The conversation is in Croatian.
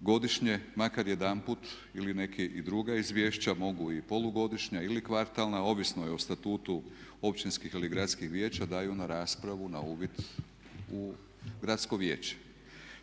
godišnje makar jedanput ili i neka druga izvješća mogu i polugodišnja ili kvartalna ovisno je o statutu općinskih ili gradskih vijeća daju na raspravu na uvid u Gradsko vijeće.